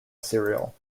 serial